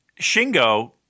Shingo